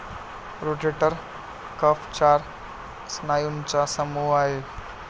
rotator cuff चार स्नायूंचा समूह आहे